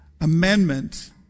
Amendment